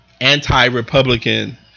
anti-Republican